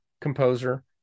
composer